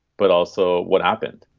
but also, what happened?